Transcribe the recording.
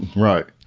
right,